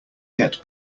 get